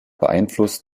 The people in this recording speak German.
beeinflusst